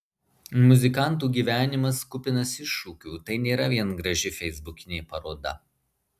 muzikantų gyvenimas kupinas iššūkių tai nėra vien graži feisbukinė paroda